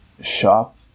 shop